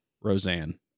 Roseanne